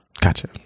Gotcha